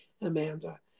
Amanda